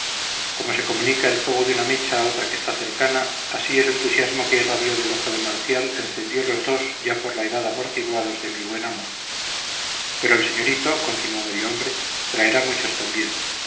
como se comunica el fuego de una mecha a otra que está cercana así el entusiasmo que irradió del ojo de marcial encendió los dos ya por la edad amortiguados de mi buen amo pero el señorito continuó medio hombre traerá muchos también